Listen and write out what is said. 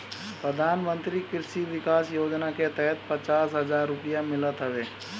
प्रधानमंत्री कृषि विकास योजना के तहत पचास हजार रुपिया मिलत हवे